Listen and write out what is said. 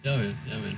ya man ya man